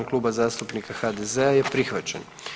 Klub zastupnika HDZ-a je prihvaćen.